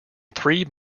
three